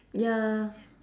ya